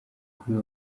kuri